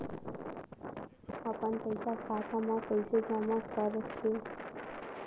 अपन पईसा खाता मा कइसे जमा कर थे?